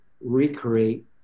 recreate